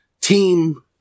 team